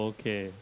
Okay